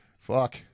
Fuck